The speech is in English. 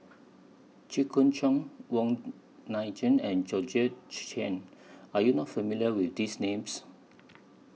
Jit Koon Ch'ng Wong Nai Chin and Georgette Chen Are YOU not familiar with These Names